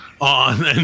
on